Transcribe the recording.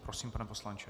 Prosím, pane poslanče.